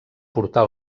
portar